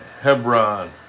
Hebron